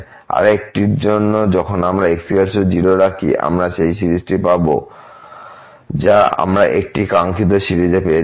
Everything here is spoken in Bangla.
আরেকটির জন্য যখন আমরা x 0 রাখি আমরা সেই সিরিজটি পাব যা আমরা এই কাঙ্ক্ষিত সিরিজে পেয়েছিলাম